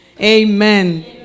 Amen